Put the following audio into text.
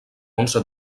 onze